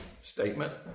statement